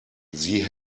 sie